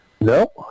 no